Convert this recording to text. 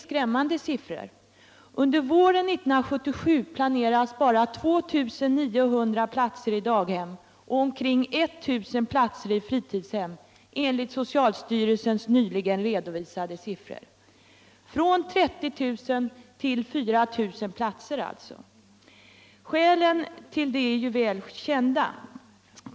Skälen härtill är väl kända.